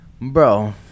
bro